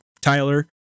Tyler